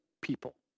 people